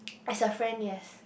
as a friend yes